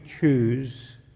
choose